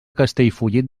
castellfollit